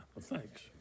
Thanks